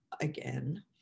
again